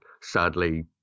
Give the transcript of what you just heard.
sadly